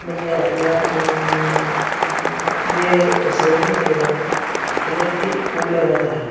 म्हणजे आपल्याला जे संवर्धन केले जाते त्याच्यात ती तोडल्या जात आहे